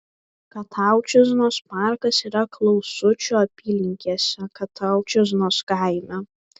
kataučiznos parkas yra klausučių apylinkėse kataučiznos kaime